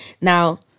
now